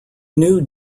new